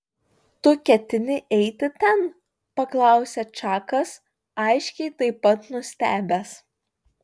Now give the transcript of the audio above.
tu ketini eiti ten paklausė čakas aiškiai taip pat nustebęs